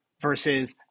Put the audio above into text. versus